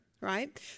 right